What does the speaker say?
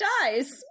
dies